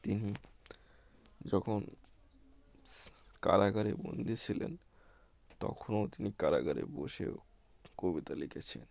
তিনি যখন কারাগারে বন্দী ছিলেন তখনও তিনি কারাগারে বসেও কবিতা লিখেছিলেন